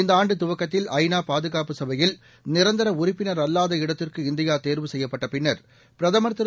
இந்தஆண்டுதுவக்கத்தில் ஐநாபாதுகாப்பு சபையில் நிரந்தரஉறுப்பினரல்வாத இடத்திற்கு இந்தியாதேர்வு செய்யப்பட்டபின்னர் பிரதமர் திரு